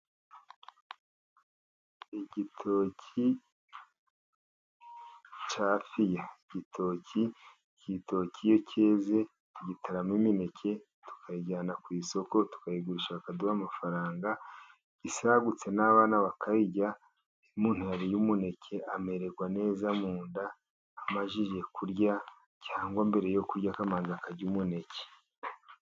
Igitoki cyafiya gitoki igitoki iyo cyeze tugitaramo imineke tukayijyana ku isoko tukayigurisha bakaduha amafaranga isagutse n'abana bakayirya iyo umumtu yariye umuneke amererwa neza munda amajije kurya cyangwa mbere yo kurya akamanza akarya umuneke.